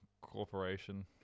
corporation